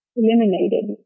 eliminated